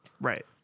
Right